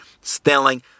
stealing